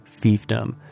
fiefdom